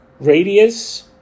radius